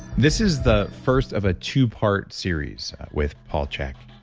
this is the first of a two part series with paul chek.